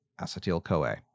acetyl-coa